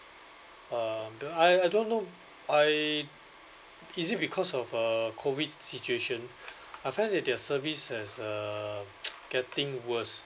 uh don't I I don't know I is it because of uh COVID situation I find that their services has uh getting worse